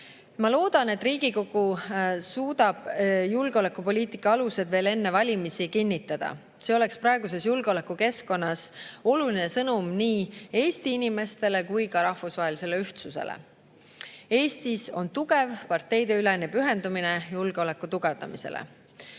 Ma loodan, et Riigikogu suudab julgeolekupoliitika alused veel enne valimisi kinnitada. See oleks praeguses julgeolekukeskkonnas oluline sõnum nii Eesti inimestele kui ka rahvusvahelisele ühtsusele. Eestis on tugev parteideülene pühendumine julgeoleku tugevdamisele.